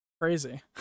crazy